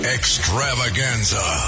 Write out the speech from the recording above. Extravaganza